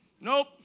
Nope